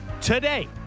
today